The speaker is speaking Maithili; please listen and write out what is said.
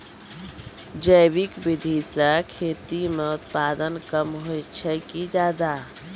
जैविक विधि से खेती म उत्पादन कम होय छै कि ज्यादा?